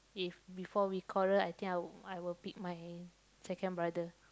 if before we quarrel I think I will I will pick my second brother